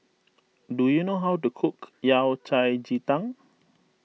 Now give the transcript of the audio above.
do you know how to cook Yao Cai Ji Tang